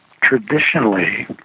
traditionally